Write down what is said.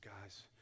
guys